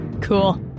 Cool